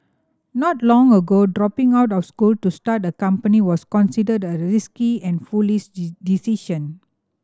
not long ago dropping out of school to start a company was considered a risky and foolish decision